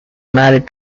married